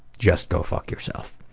just go fuck yourself.